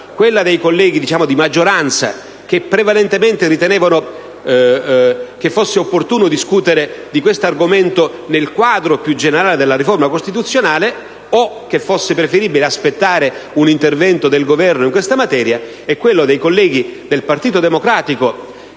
quella dei colleghi di maggioranza, che prevalentemente ritenevano opportuno discutere di tale argomento nel quadro più generale della riforma costituzionale o che fosse preferibile aspettare un intervento del Governo in materia, e quella dei colleghi del Partito Democratico,